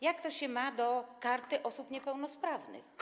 Jak to się ma do karty osób niepełnosprawnych?